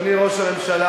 אדוני ראש הממשלה,